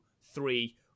three